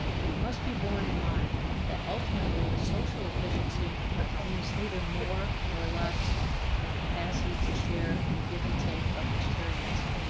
it must be borne in mind that ultimately social efficiency means neither more nor less than capacity to share in a give and take of experience.